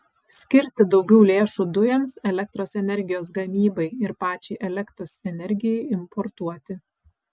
skirti daugiau lėšų dujoms elektros energijos gamybai ir pačiai elektros energijai importuoti